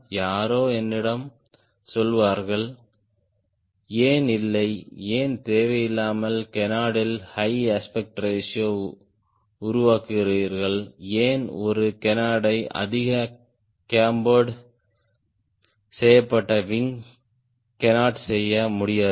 யாரோ என்னிடம் சொல்வார்கள் ஏன் இல்லை ஏன் தேவையில்லாமல் கேனார்ட்ல் ஹை அஸ்பெக்ட் ரேஷியோடன் உருவாக்குகிறீர்கள் ஏன் ஒரு கேனார்டை அதிக கேம்பேர்ட் செய்யப்பட்ட விங் கேனார்ட் செய்ய முடியாது